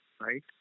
right